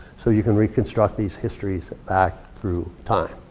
so you can reconstruct these histories back through time.